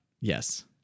Yes